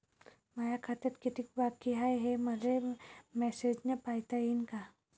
माया खात्यात कितीक बाकी हाय, हे मले मेसेजन पायता येईन का?